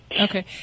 Okay